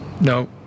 No